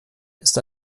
ist